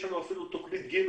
יש לנו אפילו תוכנית ג',